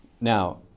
Now